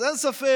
אז אין ספק